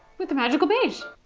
with the magical beige.